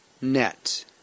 net